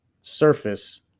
surface